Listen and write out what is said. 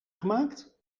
gemaakt